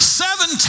seven